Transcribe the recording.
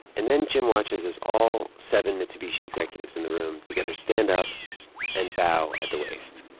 and then jim watches as all seven mitsubishi executives in the room together stand up and bow at the waist.